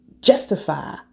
justify